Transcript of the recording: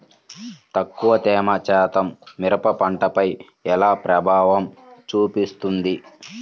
తక్కువ తేమ శాతం మిరప పంటపై ఎలా ప్రభావం చూపిస్తుంది?